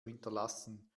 hinterlassen